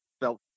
felt